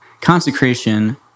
Consecration